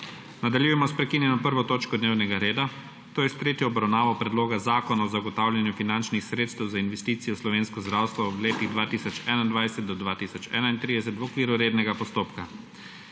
**Nadaljujemo s****prekinjeno 1. točko dnevnega reda, to je s tretjo obravnavo Predloga zakona o zagotavljanju finančnih sredstev za investicije v slovensko zdravstvo v letih od 2021 do 2031****v okviru rednega postopka.**